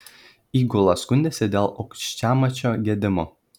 įgula skundėsi dėl aukščiamačio gedimo